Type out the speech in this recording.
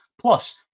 Plus